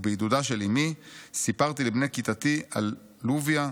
ובעידודה של אימי סיפרתי לבני כיתתי על לוביה,